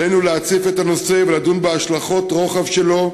עלינו להציף את הנושא ולדון בהשלכות רוחב שלו,